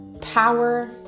power